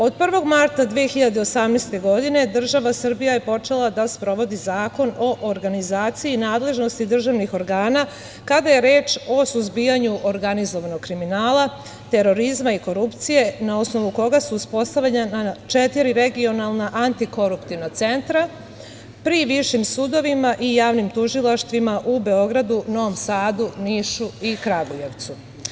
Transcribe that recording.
Od 1. marta 2018. godine država Srbija je počela da sprovodi Zakon o organizaciji nadležnosti državnih organa, kada je reč o suzbijanju organizovanog kriminala, terorizma i korupcije, na osnovu koga su uspostavljena četiri regionalna antikoruptivna centra pri višim sudovima i javnim tužilaštvima u Beogradu, Novom Sadu, Nišu i Kragujevcu.